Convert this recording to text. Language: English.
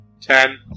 Ten